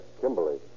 Kimberly